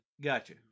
Gotcha